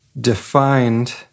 defined